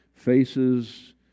Faces